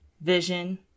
Vision